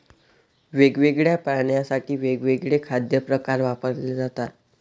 वेगवेगळ्या प्राण्यांसाठी वेगवेगळे खाद्य प्रकार वापरले जातात